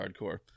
hardcore